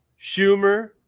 Schumer